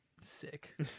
Sick